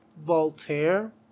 voltaire